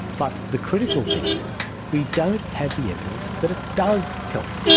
but the critical thing is we don't have the evidence that it does help.